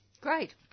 Great